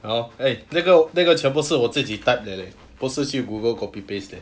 ya lor eh 那个那个全部是我自己 type 的 leh 不是去 google copy paste leh